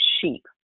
sheep